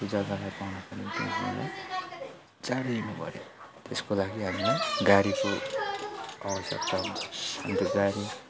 त्यो जग्गालाई पाउनको निम्ति हामीलाई चाँडै हिँड्नु पऱ्यो त्यसको लागि हामीलाई गाडीको आवश्यकता हुन्छ अनि त्यो गाडी